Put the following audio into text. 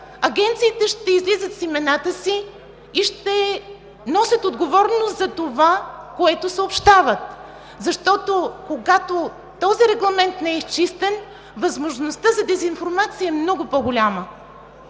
агенциите ще излизат с имената си и ще носят отговорност за това, което съобщават. Когато този регламент не е изчистен, възможността за дезинформация е много по-голяма.